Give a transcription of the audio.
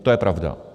To je pravda.